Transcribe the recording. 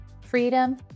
freedom